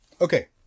Okay